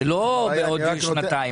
לא עוד שנתיים.